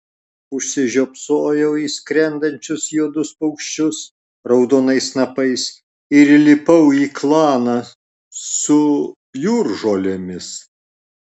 užsižiopsojau į skrendančius juodus paukščius raudonais snapais ir įlipau į klaną su jūržolėmis